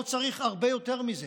לא צריך הרבה יותר מזה.